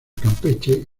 campeche